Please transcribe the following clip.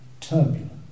turbulent